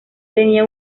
tenía